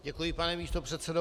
Děkuji, pane místopředsedo.